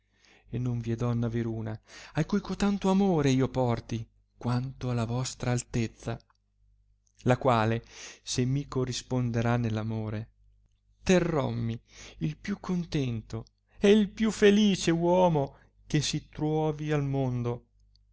e non vi è donna veruna a cui cotanto amore io porti quanto alla vostra altezza la quale se mi corrisponderà nell amore terrommi il più contento e il più felice uomo che si truovi al mondo